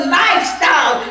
lifestyle